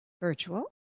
virtual